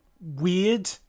weird